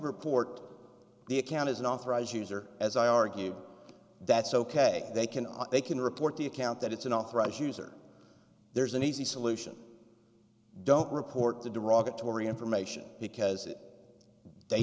report the account as an authorized user as i argue that's ok they can all they can report the account that it's an authorized user there's an easy solution don't report the derogatory information because they